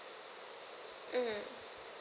mm